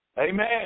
Amen